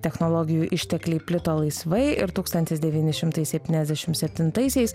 technologijų ištekliai plito laisvai ir tūkstantis devyni šimtai septyniasdešimt septintaisiais